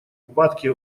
упадке